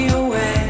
away